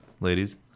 ladies